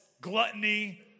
gluttony